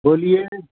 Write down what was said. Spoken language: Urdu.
بولیے